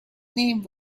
name